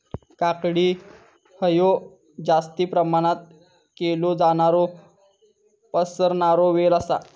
काकडी हयो जास्ती प्रमाणात केलो जाणारो पसरणारो वेल आसा